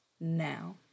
now